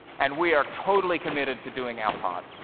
and we are totally committed to doing our part.